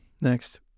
Next